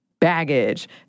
baggage